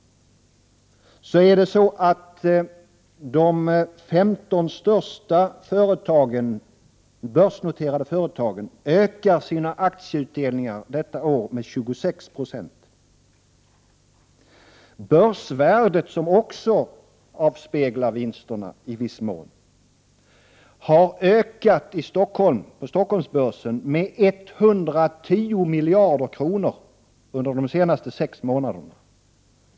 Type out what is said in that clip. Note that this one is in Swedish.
De femton största börsnoterade företagen ökar detta år sina aktieutdelningar med 26 70. Börsvärdet, vilket också i viss mån avspeglar vinsterna, har på Stockholms Fondbörs ökat med 110 miljarder kronor under de senaste sex månaderna.